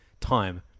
time